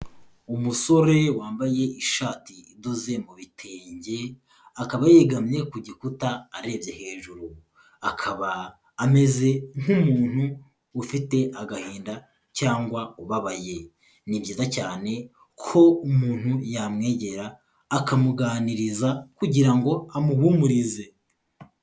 Umusore wambaye ishati idoze mu bitenge, akaba yegamye ku gikuta arebye hejuru, akaba ameze nk'umuntu ufite agahinda cyangwa ubabaye, ni byiza cyane ko umuntu yamwegera akamuganiriza kugira ngo amuhumurize.